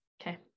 okay